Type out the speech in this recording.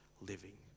living